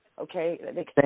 Okay